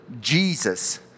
Jesus